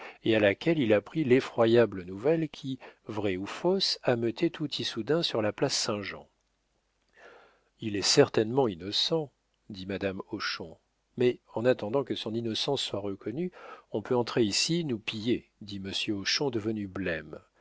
et à laquelle il apprit l'effroyable nouvelle qui vraie ou fausse ameutait tout issoudun sur la place saint-jean il est certainement innocent dit madame hochon mais en attendant que son innocence soit reconnue on peut entrer ici nous piller dit monsieur hochon devenu blême